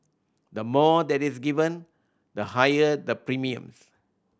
the more that is given the higher the premiums